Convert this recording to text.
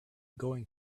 going